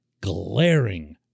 glaring